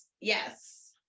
yes